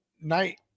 night